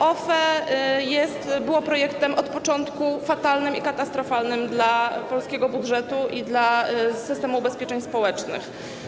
OFE było projektem od początku fatalnym i katastrofalnym dla polskiego budżetu i dla systemu ubezpieczeń społecznych.